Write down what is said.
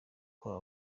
kwa